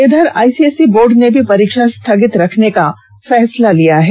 इधर ICSE board ने भी परीक्षा स्थगित रखने का फैसला लिया है